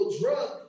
drug